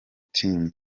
team